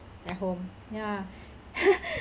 at home ya